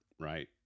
right